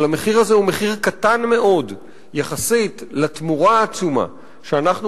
אבל המחיר הזה הוא מחיר קטן מאוד יחסית לתמורה העצומה שאנחנו